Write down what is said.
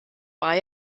war